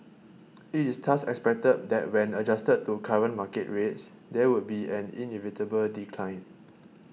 it is thus expected that when adjusted to current market rates there would be an inevitable decline